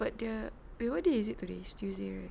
but the wait what day is it today it's tuesday right